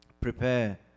prepare